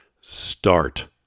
start